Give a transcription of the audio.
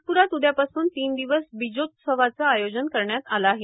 नागप्रात उद्यापासून तीन दिवस बीजोत्सवाचं आयोजन करण्यात आलं आहे